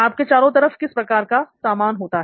आपके चारों तरफ किस प्रकार का सामान होता है